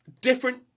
different